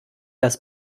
das